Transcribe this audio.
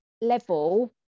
level